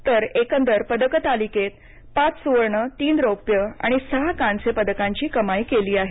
तर एकंदर पदक तालिकेत पाच सुवर्ण तीन रौप्य आणि सहा कास्यपदकांची कमाई केली आहे